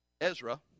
Ezra